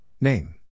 Name